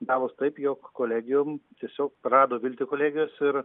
gavos taip jog kolegijom tiesiog prarado viltį kolegijos ir